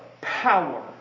power